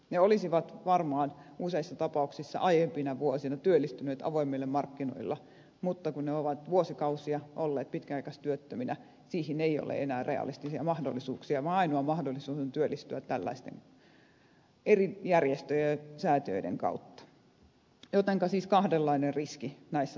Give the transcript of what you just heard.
ne olisivat varmaan useissa tapauksissa aiempina vuosina työllistyneet avoimilla markkinoilla mutta kun ne ovat vuosikausia olleet pitkäaikaistyöttöminä siihen ei ole enää realistisia mahdollisuuksia vaan ainoa mahdollisuus on työllistyä tällaisten eri järjestöjen ja säätiöiden kautta jotenka on siis kahdenlainen riski näissä tapauksissa